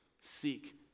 Seek